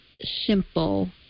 simple